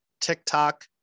TikTok